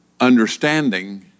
understanding